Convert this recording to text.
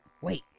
wait